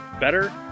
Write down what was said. better